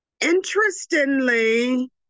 Interestingly